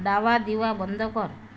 डावा दिवा बंद कर